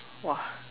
!wah!